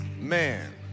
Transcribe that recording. Man